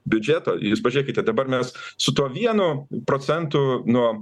biudžeto jūs pažiūrėkite dabar mes su tuo vienu procentu nuo